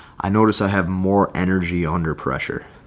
i noticed i have more energy under pressure.